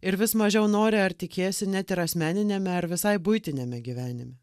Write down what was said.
ir vis mažiau nori ar tikėsi net ir asmeniniame ar visai buitiniame gyvenime